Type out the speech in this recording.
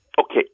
Okay